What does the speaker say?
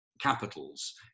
capitals